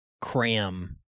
cram